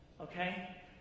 okay